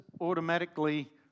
automatically